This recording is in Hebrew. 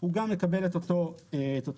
הוא גם מקבל את אותו מידע.